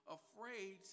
afraid